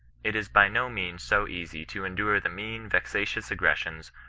it is by no means so easy to endure the mean, vexatious aggres sions,